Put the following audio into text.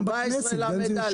אני לא חושב שזה יאושר השבוע.